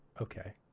Okay